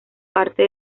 parte